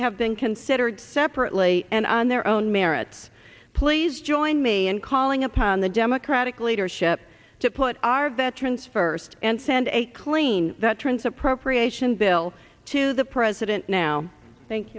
have been considered separately and on their own merits please join me in calling upon the democratic leadership to put our veterans first and send a clean that trans appropriation bill to the president now thank